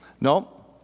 No